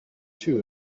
two